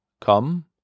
Come